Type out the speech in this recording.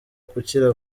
gukira